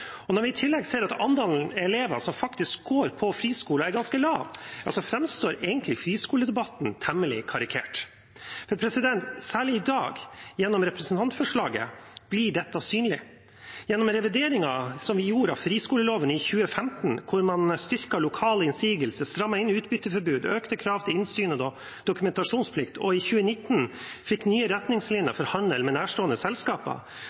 Når vi i tillegg ser at andelen elever som faktisk går på friskoler, er ganske lav, framstår egentlig friskoledebatten temmelig karikert. Særlig i dag, gjennom representantforslaget, blir dette synlig. Gjennom revideringen som vi gjorde av friskoleloven i 2015, der man styrket lokal innsigelse, strammet inn utbytteforbudet, økte krav til innsyn og dokumentasjonsplikt og det at vi i 2019 fikk nye retningslinjer for handel med nærstående selskaper,